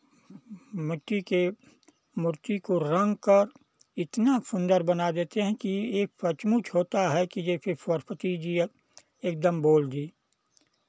मिट्टी के मूर्ति को रंग कर इतना सुन्दर बना देते हैं कि ये सचमुच होता है कि जैसे सरस्वती जी एकदम बोल दी